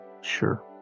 sure